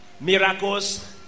miracles